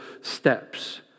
steps